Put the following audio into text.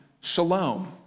shalom